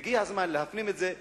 והגיע הזמן להפנים את זה,